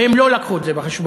והם לא הביאו את זה בחשבון.